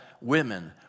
women